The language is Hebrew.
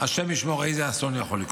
השם ישמור איזה אסון יכול לקרות.